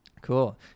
cool